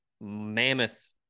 mammoth